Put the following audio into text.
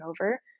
over